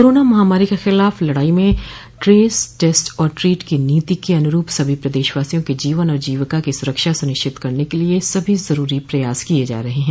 corona महामारी के खिलाफ लड़ाई में ट्रेस टेस्ट और ट्रीट की नीति के अनुरूप सभी प्रदेशवासियों के जीवन और जीविका की सुरक्षा सुनिश्चित करने के लिये सभी जरूरी प्रयास किये जा रहे हैं